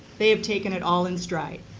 they have taken it all in stride.